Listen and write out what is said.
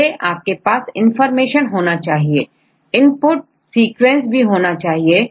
पहले आपके पास इंफॉर्मेशन होना चाहिए इनपुट सीक्वेंस भी चाहिए